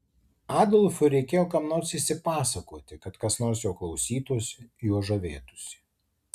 adolfui reikėjo kam nors išsipasakoti kad kas nors jo klausytųsi juo žavėtųsi